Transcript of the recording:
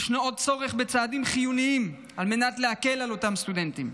עוד ישנו צורך בצעדים חיוניים על מנת להקל עם אותם סטודנטים.